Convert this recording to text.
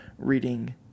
reading